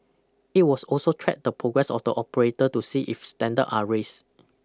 it was also track the progress of the operator to see if standards are raised